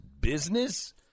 business